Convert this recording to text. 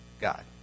God